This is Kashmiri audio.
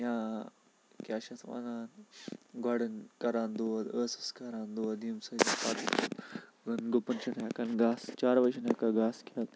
یا کیٛاہ چھِ اَتھ وَنان گۅڈن کران دود ٲسَس کَران دود ییٚمہِ سٟتۍ پَتہٕ گُپَن چھُنہٕ ہیٚکان گاسہٕ چاروٲے چھُنہٕ ہیٚکان گاسہٕ کھیٚتھ